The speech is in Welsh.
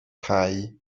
cau